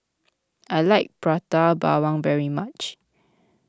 I like Prata Bawang very much